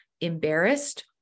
embarrassed